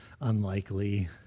unlikely